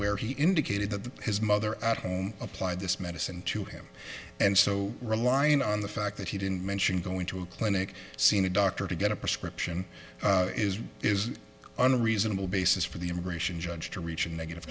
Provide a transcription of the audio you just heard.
where he indicated that his mother at home applied this medicine to him and so reliant on the fact that he didn't mention going to a clinic seen a doctor to get a prescription is is an reasonable basis for the immigration judge to reach a negative